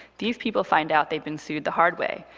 these people find out they've been sued the hard way.